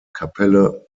kapelle